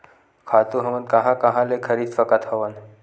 खातु हमन कहां कहा ले खरीद सकत हवन?